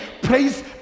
praise